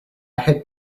had